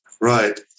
Right